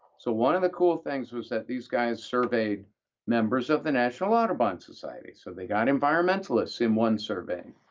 so one of the cool things was that these guys surveyed members of the national audubon society, so they got environmentalists in one survey.